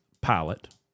Pilot